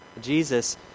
Jesus